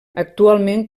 actualment